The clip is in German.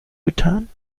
getan